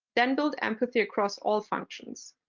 then build empathy across all functions.